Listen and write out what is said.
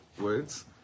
words